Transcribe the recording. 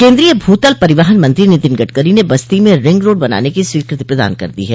केन्द्रीय भूतल परिवहन मंत्री नितिन गडकरी ने बस्ती में रिंग रोड बनाने की स्वीकृति प्रदान कर दी है